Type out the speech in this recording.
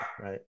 right